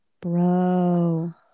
Bro